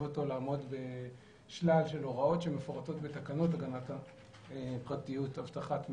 אותו לעמוד בשלל הוראות שמפורטות בתקנות הגנת הפרטיות (אבטחת מידע)